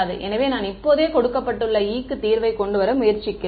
எனவே நான் இப்போதே கொடுக்கப்பட்டுள்ள E க்கு தீர்வை கொண்டுவர முயற்சிக்கிறேன்